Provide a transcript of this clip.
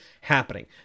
happening